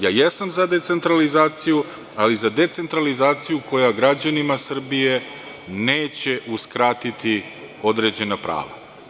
Ja jesam za decentralizaciju, ali za decentralizaciju koja građanima Srbije neće uskratiti određena prava.